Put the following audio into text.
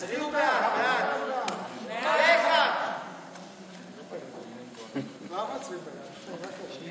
התש"ף 2020, לוועדת החוץ והביטחון נתקבלה.